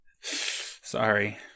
Sorry